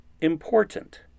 important